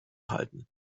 halten